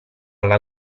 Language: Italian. alla